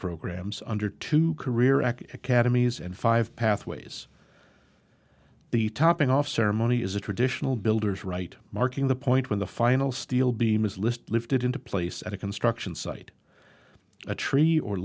programs under two career act academies and five pathways the topping off ceremony is a traditional builders right marking the point when the final steel beam is list lifted into place at a construction site a tree or